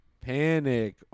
Panic